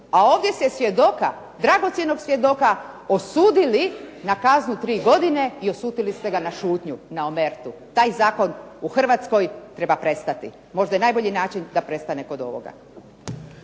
a ovdje se svjedoka, dragocjenog svjedoka osudili na kaznu 3 godine i osudili ste ga na šutnju, na omertu. Taj zakon u Hrvatskoj treba prestati. Možda je najbolji način da prestane kod ovoga.